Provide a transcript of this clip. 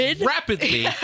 rapidly